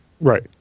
Right